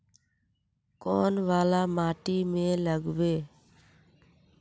कौन वाला माटी में लागबे?